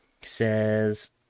says